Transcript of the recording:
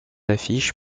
affiches